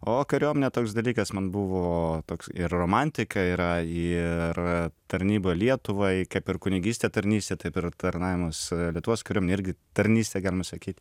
o kariuomenė toks dalykas man buvo toks ir romantika yra ir tarnyba lietuvai per kunigystę tarnystė taip ir tarnavimas lietuvos kariuomenėj irgi tarnystė galima sakyt